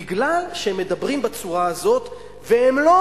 בגלל שהם מדברים בצורה הזאת והם לא